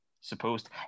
supposed